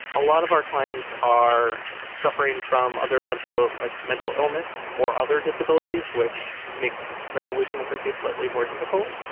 a lot of our clients are suffering from other mental like mental illness or other disabilities which make resolution of the case slightly more difficult.